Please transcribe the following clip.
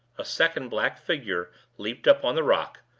a second black figure leaped up on the rock,